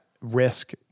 risk